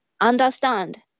understand